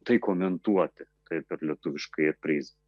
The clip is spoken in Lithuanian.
tai komentuoti kaip per lietuviškąją prizmę